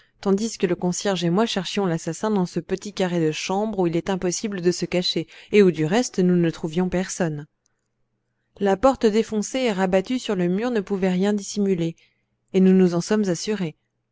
tandis que le concierge et moi nous cherchions l'assassin dans ce petit carré de chambre où il est impossible de se cacher et où du reste nous ne trouvions personne la porte défoncée et rabattue sur le mur ne pouvait rien dissimuler et nous nous en sommes assurés